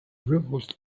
ruled